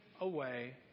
away